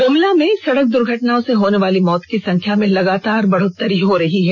ग्रमला में सड़क दूर्घटनाओं से होने वाली मौत की संख्या में लगातार बढ़ोतरी हो रही है